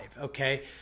okay